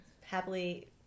happily